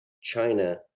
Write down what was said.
China